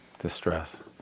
distress